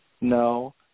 No